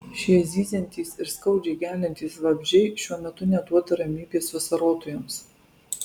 šie zyziantys ir skaudžiai geliantys vabzdžiai šiuo metu neduoda ramybės vasarotojams